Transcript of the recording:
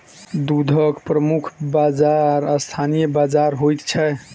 दूधक प्रमुख बाजार स्थानीय बाजार होइत छै